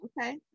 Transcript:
Okay